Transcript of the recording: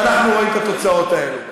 ואנחנו רואים את התוצאות האלה.